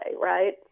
right